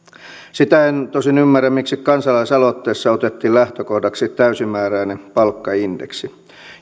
sitä en tosin ymmärrä miksi kansalaisaloitteessa otettiin lähtökohdaksi täysimääräinen palkkaindeksi